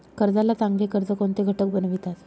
कर्जाला चांगले कर्ज कोणते घटक बनवितात?